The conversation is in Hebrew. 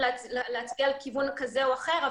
אנחנו צריכים להצביע על כיוון כזה או אחר.